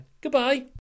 goodbye